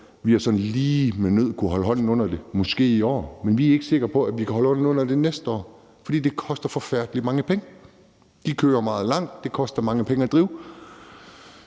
sådan lige med nød og næppe kunnet holde hånden under det i år, men vi er ikke sikre på, at vi kan holde hånden under det næste år, fordi det koster forfærdelig mange penge. De kører meget langt, og det koster mange penge at drive.